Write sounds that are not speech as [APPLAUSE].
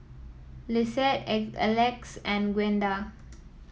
Lissette [UNINTELLIGIBLE] Elex and Gwenda